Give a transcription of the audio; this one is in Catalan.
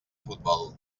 futbol